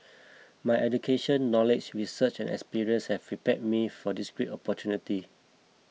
my education knowledge research and experience have prepared me for this great opportunity